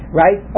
right